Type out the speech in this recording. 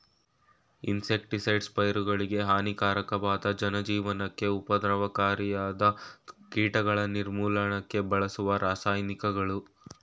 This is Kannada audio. ಇನ್ಸೆಕ್ಟಿಸೈಡ್ಸ್ ಪೈರುಗಳಿಗೆ ಹಾನಿಕಾರಕವಾದ ಜನಜೀವನಕ್ಕೆ ಉಪದ್ರವಕಾರಿಯಾದ ಕೀಟಗಳ ನಿರ್ಮೂಲನಕ್ಕೆ ಬಳಸುವ ರಾಸಾಯನಿಕಗಳು